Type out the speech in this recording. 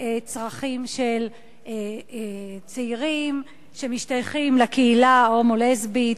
צרכים של צעירים שמשתייכים לקהילה ההומו-לסבית.